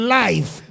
life